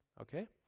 okay